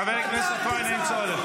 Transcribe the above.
--- חבר הכנסת כהן, אין צורך.